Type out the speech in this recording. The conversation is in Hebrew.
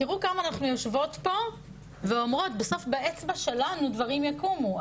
תראו כמה אנחנו יושבות פה ואומרת שבסוף באצבע שלנו הדברים יקומו.